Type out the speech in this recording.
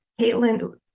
Caitlin